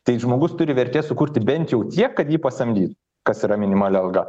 tai žmogus turi vertės sukurti bent jau tiek kad jį pasamdyt kas yra minimali alga